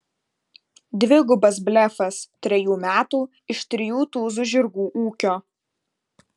dvigubas blefas trejų metų iš trijų tūzų žirgų ūkio